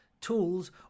tools